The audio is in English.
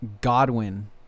Godwin